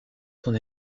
son